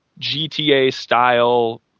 GTA-style